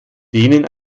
denen